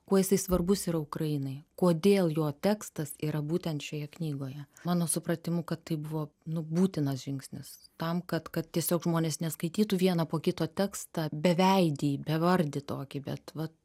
kuo jisai svarbus yra ukrainai kodėl jo tekstas yra būtent šioje knygoje mano supratimu kad tai buvo nu būtinas žingsnis tam kad kad tiesiog žmonės neskaitytų vieną po kito tekstą beveidį bevardį tokį bet vat